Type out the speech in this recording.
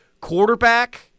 Quarterback